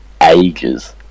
ages